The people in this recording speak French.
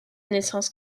naissance